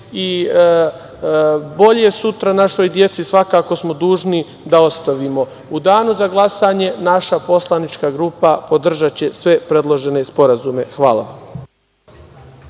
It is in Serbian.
i bolje sutra našoj deci svakako smo dužni da ostavimo.U danu za glasanje naša poslanička grupa podržaće sve predložene sporazume. Hvala.